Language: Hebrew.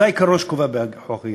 זה העיקרון שקובע חוק ההגירה.